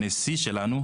הנשיא שלנו,